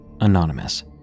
anonymous